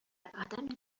عدم